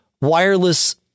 wireless